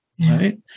right